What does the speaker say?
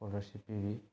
scholarship ꯄꯤꯕꯤ